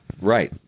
Right